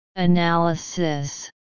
analysis